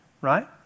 right